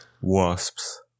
wasps